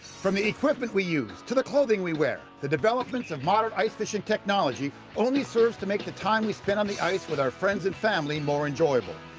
from the equipment we use, to the clothing we wear, the development of modern ice fishing technology only serves to make the time we spend on the ice with our friends and family more enjoyable.